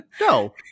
No